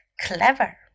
Clever